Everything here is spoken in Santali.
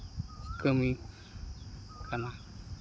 ᱠᱟᱹᱢᱤᱜ ᱠᱟᱱᱟ